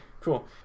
cool